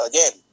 Again